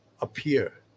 appear